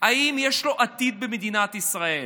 אם יש לו עתיד במדינת ישראל.